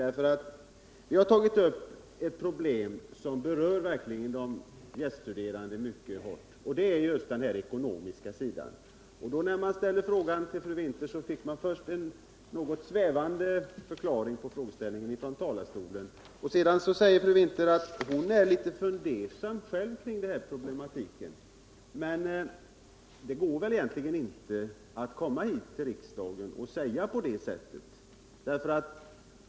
Vi har ju här tagit upp ett problem som verkligen är mycket allvarligt för de gäststuderande, och det gäller just den ekonomiska sidan. När jag så ställde frågor till fru Winther om detta problem fick jag först en något svävande förklaring till förhållandet i samband med fru Winthers anförande här i talarstolen, och sedan säger fru Winther i sitt senaste inlägg att hon själv är litet fundersam när det gäller denna problematik. Men får man verkligen komma till riksdagen och säga på det sättet?